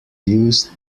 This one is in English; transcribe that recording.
used